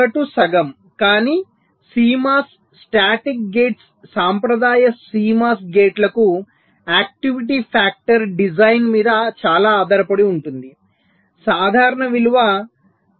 సగటు సగం కానీ CMOS స్టాటిక్ గేట్స్ సంప్రదాయ CMOS గేట్లకు ఆక్టివిటీ ఫాక్టర్ డిజైన్ మీద చాలా ఆధారపడి ఉంటుంది సాధారణ విలువ 0